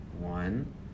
One